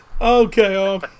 Okay